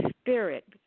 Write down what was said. spirit